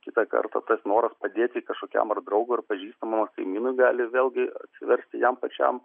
kitą kartą tas noras padėti kažkokiam ar draugui ar pažįstamam ar kaimynui gali vėlgi atsiversti jam pačiam